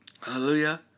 Hallelujah